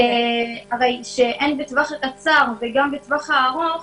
הן בטווח הקצר וגם בטווח הארוך,